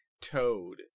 toad